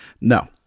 No